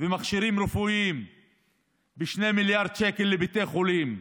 ומכשירים רפואיים ב-2 מיליארד שקל לבתי חולים,